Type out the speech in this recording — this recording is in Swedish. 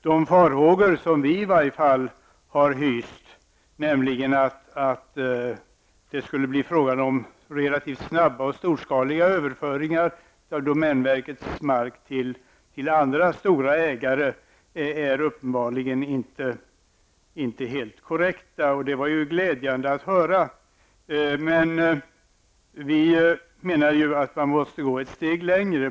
De farhågor som vi har hyst, nämligen att det skulle bli fråga om relativt snabba och storskaliga överföringar av domänverkets mark till andra stora ägare, har uppenbarligen inte varit helt befogade. Det var glädjande att höra. Men vi menar att man måste gå ett steg längre.